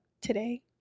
today